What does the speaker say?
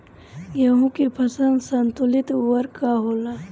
गेहूं के फसल संतुलित उर्वरक का होला?